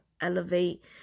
elevate